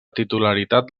titularitat